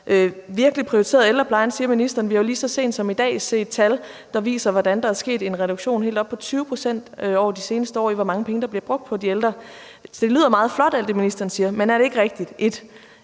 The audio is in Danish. virkelig prioriteret ældreplejen, siger ministeren. Vi har jo lige så sent som i dag set tal, der viser, hvordan der er sket en reduktion på helt op til 20 pct. over de seneste år i, hvor mange penge der bliver brugt på de ældre. Alt det, som ministeren siger, lyder meget